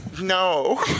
no